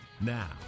Now